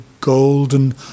golden